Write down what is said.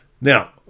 Now